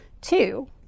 Two